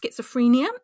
schizophrenia